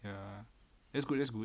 ya that's good that's good